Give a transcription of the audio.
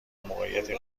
موقعیتی